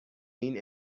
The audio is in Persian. این